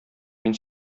мин